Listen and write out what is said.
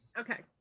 Okay